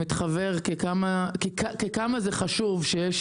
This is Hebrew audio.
ומתחוור לי עד כמה זה חשוב שיש